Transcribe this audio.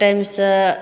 टाइमसँ